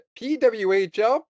PWHL